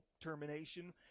termination